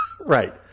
Right